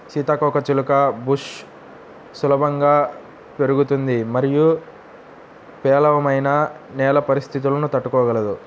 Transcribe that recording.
సీతాకోకచిలుక బుష్ సులభంగా పెరుగుతుంది మరియు పేలవమైన నేల పరిస్థితులను తట్టుకోగలదు